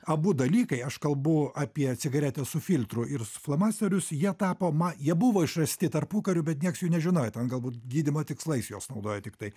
abu dalykai aš kalbu apie cigaretes su filtru ir su flomasterius jie tapo ma jie buvo išrasti tarpukariu bet nieks jų nežinojo ten galbūt gydymo tikslais juos naudojo tiktai